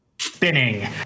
spinning